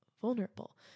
vulnerable